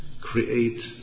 create